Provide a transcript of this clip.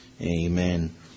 Amen